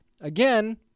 again